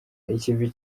ikivi